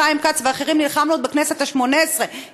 חיים כץ ואחרים נלחמנו בכנסת השמונה-עשרה,